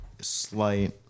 slight